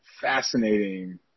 fascinating